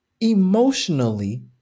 emotionally